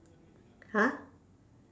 !huh!